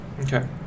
Okay